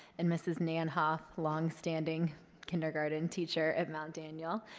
and mrs. nan hoth long standing kindergarten teacher at mount daniel,